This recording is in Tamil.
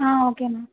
ஆ ஓகேங்க